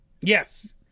Yes